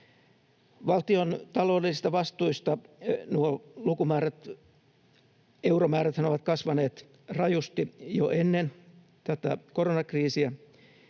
Valtion taloudellisissa vastuissa euromääräthän ovat kasvaneet rajusti jo ennen koronakriisiä,